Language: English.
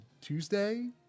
Tuesday